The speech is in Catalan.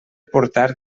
portar